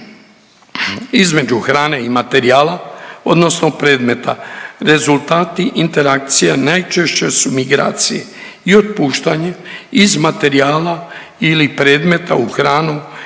između hrane i materijala odnosno predmeta. Rezultati interakcija najčešće su migracije i otpuštanje iz materijala ili predmeta u hranu